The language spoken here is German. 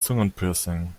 zungenpiercing